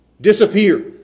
Disappear